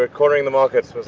ah cornering the market,